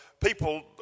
people